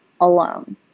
alone